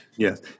Yes